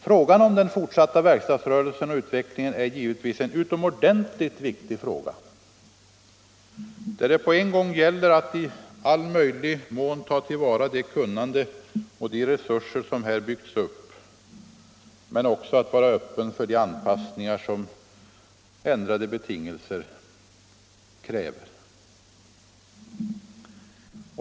Frågan om den fortsatta verkstadsrörelsen och utvecklingen av den är givetvis en utomordentlig viktig fråga, där det på en gång gäller att i all möjlig mån ta till vara det kunnande och de resurser som har byggts upp och att vara öppen för de anpassningar som ändrade betingelser kräver.